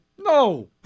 No